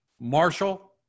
Marshall